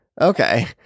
Okay